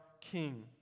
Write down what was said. king